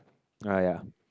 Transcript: !aiya!